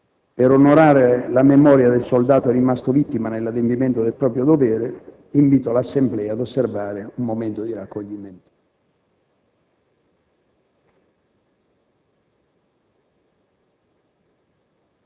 Per onorare la memoria del soldato rimasto vittima nell'adempimento del proprio dovere, invito l'Assemblea ad osservare un minuto di raccoglimento.